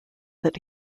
that